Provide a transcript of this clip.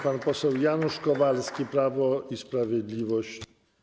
Pan poseł Janusz Kowalski, Prawo i Sprawiedliwość.